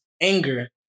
anger